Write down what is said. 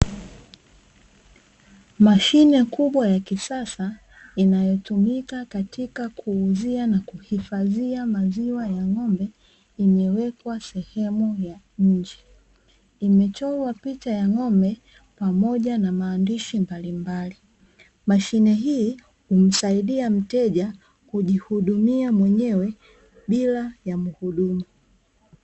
Mashine kubwa ya kisasa inayotumika katika kuuzia na kuhifadhia maziwa ya ng'ombe, imewekwa sehemu ya nje. Imechorwa picha ya ng'ombe, pamoja na maandishi mbalimbali. Mashine hii humsaidia mteja kujihudumia mwenyewe bila ya mhudumu.